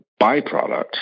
byproduct